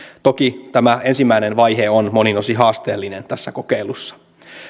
toki tämä ensimmäinen vaihe on monin osin haasteellinen tässä kokeilussa